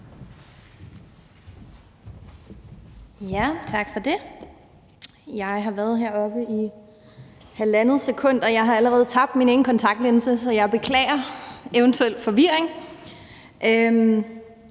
Tak for det. Jeg har været heroppe i halvandet sekund, og jeg har allerede tabt min ene kontaktlinse, så jeg beklager en eventuel forvirring.